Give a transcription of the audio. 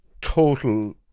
total